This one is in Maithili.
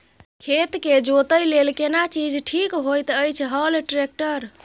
खेत के जोतय लेल केना चीज ठीक होयत अछि, हल, ट्रैक्टर?